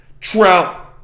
trout